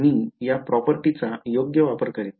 मी या property चा योग्य वापर करीन